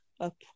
up